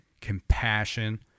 compassion